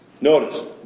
notice